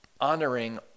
honoring